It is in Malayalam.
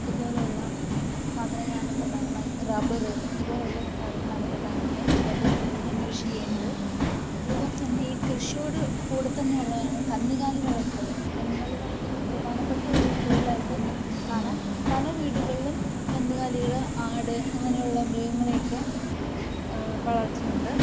ഇത്പോലെ ഉള്ള സാധനങ്ങളാണ് പ്രധാനമായും റബ്ബറ് ഇതുപോലൊള്ള കാര്യങ്ങളാണ് പ്രധാനമായും കോട്ടയം ജില്ലയില് കൃഷി ചെയ്യുന്നത് അത്പോലെതന്നെ ഈ കൃഷിയോട് കൂടെത്തന്നെ ഉള്ളതാണ് കന്നുകാലി വളര്ത്തല് കന്നുകാലി വളര്ത്തല് പ്രധാനപ്പെട്ട ഒരു തൊഴിലായിട്ട് കാണാം പല വീടുകളിലും കന്നുകാലികള് ആട് അങ്ങനെയൊള്ള മൃഗങ്ങളെയെക്കെ വളര്ത്തുന്നുണ്ട്